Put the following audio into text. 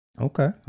okay